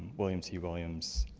william t. williams,